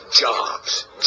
jobs